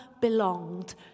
belonged